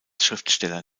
schriftsteller